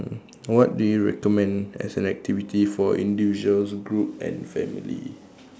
what do you recommend as an activity for individuals group and family